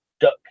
duck